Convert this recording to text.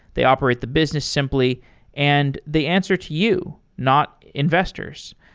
they operate the business simply and they answer to you, not investors.